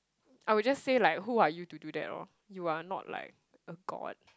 I would just say like who are you to do that lor you are not like a god